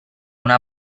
una